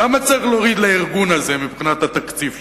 כמה צריך להוריד לארגון הזה מבחינת התקציב שלו?